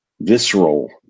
visceral